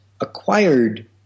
acquired